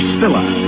Spiller